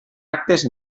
actes